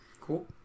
Cool